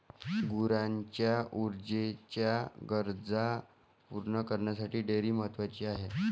गुरांच्या ऊर्जेच्या गरजा पूर्ण करण्यासाठी डेअरी महत्वाची आहे